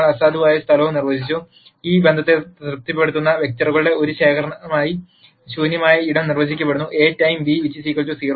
ഞങ്ങൾ അസാധുവായ സ്ഥലവും നിർവചിച്ചു ഈ ബന്ധത്തെ തൃപ്തിപ്പെടുത്തുന്ന വെക്റ്ററുകളുടെ ഒരു ശേഖരമായി ശൂന്യമായ ഇടം നിർവചിക്കപ്പെടുന്നു A time β 0